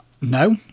No